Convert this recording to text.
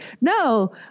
no